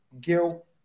Gil